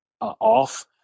off